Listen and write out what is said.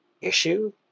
issue